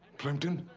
plimpton?